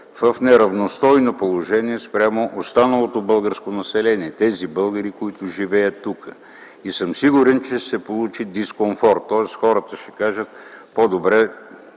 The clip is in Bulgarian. в неравностойно положение спрямо останалото българско население – тези българи, които живеят тук. И съм сигурен, че ще се получи дискомфорт, тоест хората, това до